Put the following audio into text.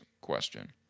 question